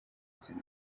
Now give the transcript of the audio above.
gitsina